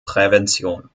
prävention